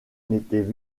n’étaient